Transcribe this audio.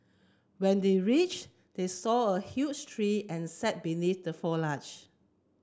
when they reach they saw a huge tree and sat beneath the foliage